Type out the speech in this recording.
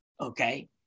okay